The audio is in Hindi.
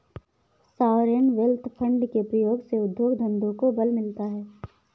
सॉवरेन वेल्थ फंड के प्रयोग से उद्योग धंधों को बल मिलता है